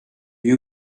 you